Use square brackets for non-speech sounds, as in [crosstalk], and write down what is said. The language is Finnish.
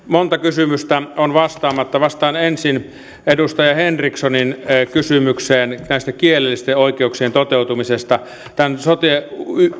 [unintelligible] monta kysymystä on vastaamatta vastaan ensin edustaja henrikssonin kysymykseen tästä kielellisten oikeuksien toteutumisesta tämän sote